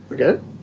Okay